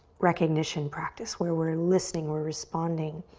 recognition practice where we're listening, we're responding.